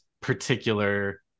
particular